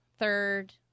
Third